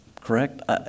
correct